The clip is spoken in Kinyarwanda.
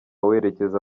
werekeza